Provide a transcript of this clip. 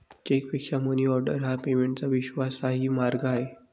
चेकपेक्षा मनीऑर्डर हा पेमेंटचा विश्वासार्ह मार्ग आहे